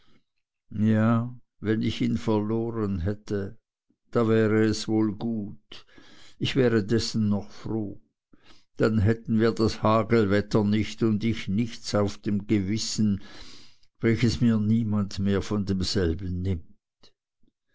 ja wenn ich ihn verloren hätte da wäre es wohl gut ich wäre dessen noch froh dann hätten wir das hagelwetter nicht und ich nichts auf dem gewissen welches mir niemand mehr von demselben nimmt